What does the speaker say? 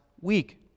week